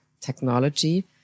technology